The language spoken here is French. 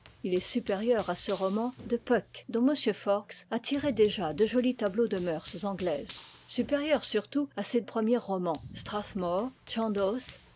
il est supérieur à ce roman de puck dont m forgues a tiré déjà deux jolis tableaux de mœurs anglaises supérieurs surtout à ces premiers romans slralhmore